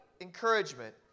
encouragement